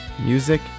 Music